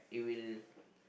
it will